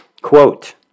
Quote